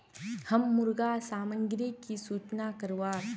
हम मुर्गा सामग्री की सूचना करवार?